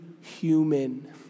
human